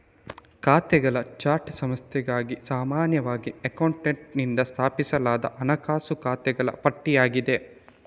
ಖಾತೆಗಳ ಚಾರ್ಟ್ ಸಂಸ್ಥೆಗಾಗಿ ಸಾಮಾನ್ಯವಾಗಿ ಅಕೌಂಟೆಂಟಿನಿಂದ ಸ್ಥಾಪಿಸಲಾದ ಹಣಕಾಸು ಖಾತೆಗಳ ಪಟ್ಟಿಯಾಗಿದೆ